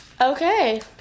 Okay